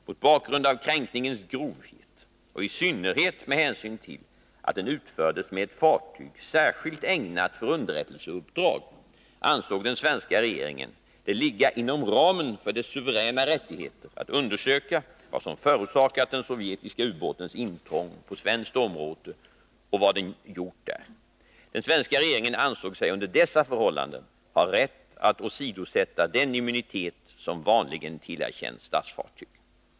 Mot bakgrund av kränkningens grovhet och i synnerhet med hänsyn till att den utfördes med ett fartyg särskilt ägnat för underrättelseuppdrag ansåg den svenska regeringen det ligga inom ramen för dess suveräna rättigheter att undersöka vad som förorsakat den sovjetiska ubåtens intrång på svenskt område och vad den gjort där. Den svenska regeringen ansåg sig under dessa förhållanden ha rätt att åsidosätta den immunitet som vanligen tillerkänns statsfartyg.